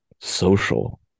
social